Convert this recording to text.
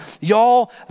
Y'all